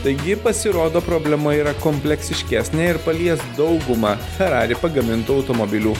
taigi pasirodo problema yra kompleksiškesnė ir palies daugumą ferrari pagamintų automobilių